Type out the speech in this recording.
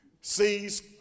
sees